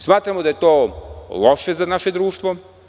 Smatramo da je to loše za naše društvo.